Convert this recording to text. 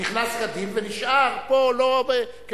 נכנס כדין ונשאר פה כשב"ח.